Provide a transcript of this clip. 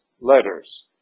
letters